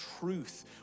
truth